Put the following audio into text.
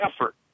effort